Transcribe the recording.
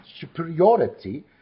superiority